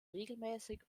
regelmäßig